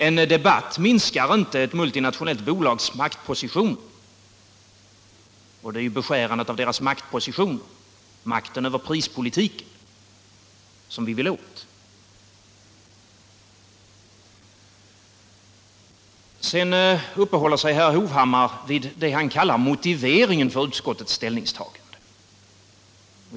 En debatt minskar inte ett multinationellt bolags maktposition, och det är ju beskärandet av deras maktposition, makten över prispolitiken, som vi vill åt. Herr Hovhammar uppehåller sig sedan vid det han kallar motiveringen för utskottets ställningstagande.